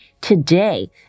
today